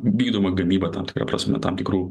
vykdoma gamyba tam tikra prasme tam tikrų